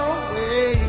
away